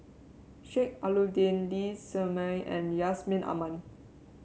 Sheik Alau'ddin Lee Shermay and Yusman Aman